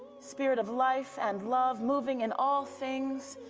spirit of life and love, moving in all things,